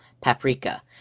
paprika